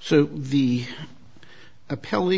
so v app